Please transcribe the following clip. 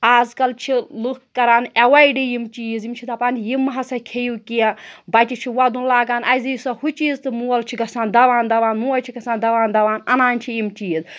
آز کَل چھِ لُکھ کَران اٮ۪وایڈٕے یِم چیٖز یِم چھِ دَپان یِم ہَسا کھیٚیِو کینٛہہ بَچہٕ چھِ وَدُن لاگان اَسہِ دِیِو سا ہُہ چیٖز تہٕ مول چھِ گَژھان دَوان دَوان موج چھےٚ گَژھان دَوان دَوان اَنان چھِ یِم چیٖز